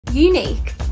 unique